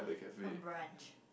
her brunch